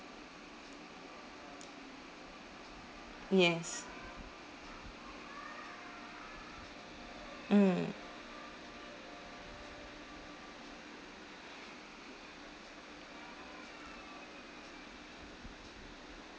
yes mm